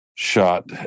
shot